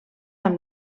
amb